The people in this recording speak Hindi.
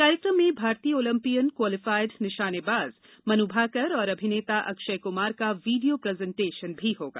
कार्यक्रम में भारतीय ओलंपियन क्वालिफाइड निशानेबाज मनु भाकर और अभिनेता अक्षय कुमार का वीडियो प्रजेंटेशन होगा